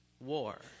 war